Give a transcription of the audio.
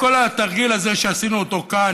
כל התרגיל הזה שעשינו אותו כאן,